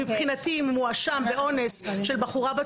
מבחינתי אם הוא מואשם באונס של בחורה בת